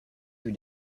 with